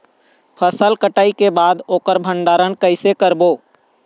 फसल कटाई के बाद ओकर भंडारण कइसे करबो?